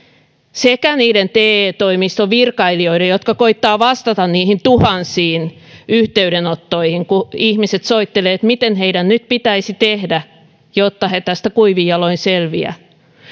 sekä niiden te toimistojen virkailijoiden jotka koettavat vastata niihin tuhansiin yhteydenottoihin kun ihmiset soittelevat että miten heidän nyt pitäisi tehdä jotta he tästä kuivin jaloin selviävät